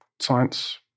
science